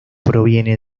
proviene